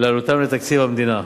לעלותם לתקציב המדינה.